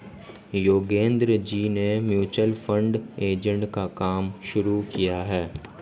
योगेंद्र जी ने mutual fund agent का काम शुरू किया है